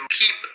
keep